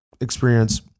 experience